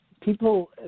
people